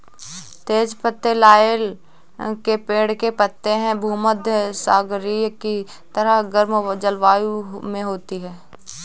तेज पत्ते लॉरेल के पेड़ के पत्ते हैं भूमध्यसागरीय की तरह गर्म जलवायु में होती है